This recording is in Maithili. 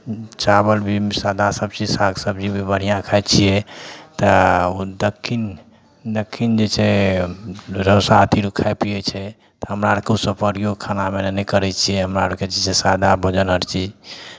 चावल भी सादा सभचीज शाक सबजी भी बढ़िआँ खाइ छियै तऽ ओ दक्षिण दक्षिण जे छै डोसा अथि खाइ पियै छै तऽ हमरा आरके ओसभ कभिओ खाना हमरा आर नहि करै छियै हमरा आरके जे छै सादा भोजन हरचीज